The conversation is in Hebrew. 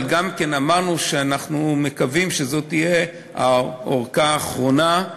אבל גם אמרנו שאנחנו מקווים שזו תהיה הארכה האחרונה,